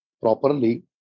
properly